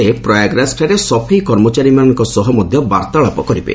ସେ ପ୍ରୟାଗରାଜଠାରେ ସଫାଇ କର୍ମଚାରୀମାନଙ୍କ ସହ ମଧ୍ୟ ବାର୍ତ୍ତାଳାପ କରିବେ